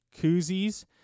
koozies